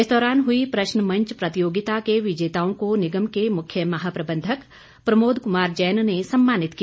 इस दौरान हुई प्रश्नमंच प्रतियोगिता के विजेताओं को निगम के मुख्य महाप्रबंधक प्रमोद कुमार जैन ने सम्मानित किया